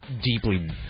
deeply